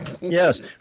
Yes